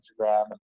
Instagram